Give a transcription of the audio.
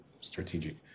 Strategic